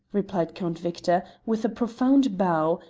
replied count victor, with a profound bow,